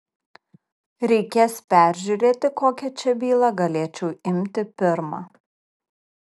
reikės peržiūrėti kokią čia bylą galėčiau imti pirmą